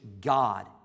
God